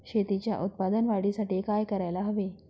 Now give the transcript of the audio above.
शेतीच्या उत्पादन वाढीसाठी काय करायला हवे?